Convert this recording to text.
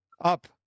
up